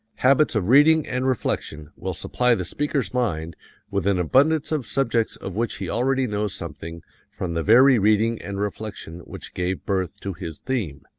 habits of reading and reflection will supply the speaker's mind with an abundance of subjects of which he already knows something from the very reading and reflection which gave birth to his theme.